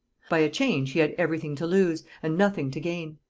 by a change he had every thing to lose, and nothing to gain.